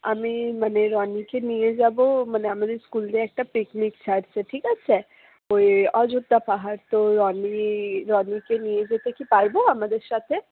আমি মানে রনিকে নিয়ে যাব মানে আমাদের স্কুল থেকে একটা পিকনিক ছাড়ছে ঠিক আছে ওই অযোধ্যা পাহাড় তো রনি রনিকে নিয়ে যেতে কি পারব আমাদের সাথে